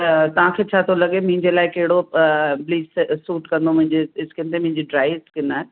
त तव्हांखे छा थो लॻे मुंहिंजे लाइ कहिड़ो अ ब्लीच सूट कंदो मुंहिंजे स्किन ते मुंहिंजी ड्राई स्किन आहे